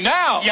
now